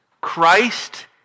Christ